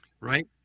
right